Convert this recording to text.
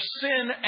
sin